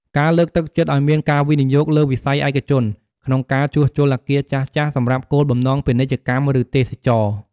ការលើកទឹកចិត្តឱ្យមានការវិនិយោគពីវិស័យឯកជន ក្នុងការជួសជុលអគារចាស់ៗសម្រាប់គោលបំណងពាណិជ្ជកម្ម ឬទេសចរណ៍។